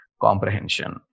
comprehension